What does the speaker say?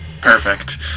Perfect